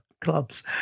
clubs